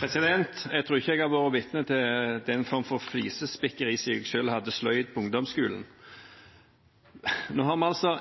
Jeg tror ikke jeg har vært vitne til den form for flisespikkeri siden jeg selv hadde sløyd på ungdomsskolen. Nå har vi